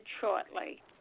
shortly